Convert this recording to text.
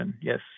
Yes